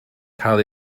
cael